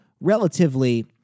relatively